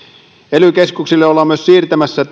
ely keskuksille ollaan myös siirtämässä